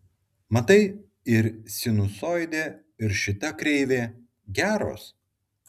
matai ir sinusoidė ir šita kreivė geros